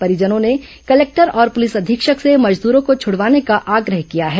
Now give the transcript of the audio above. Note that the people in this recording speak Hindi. परिजनों ने कलेक्टर और पुलिस अधीक्षक से मजदूरो को छूडवाने का ऑग्रह किया है